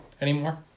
anymore